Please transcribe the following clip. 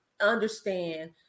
understand